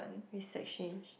with sex change